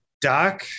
doc